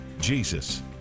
Jesus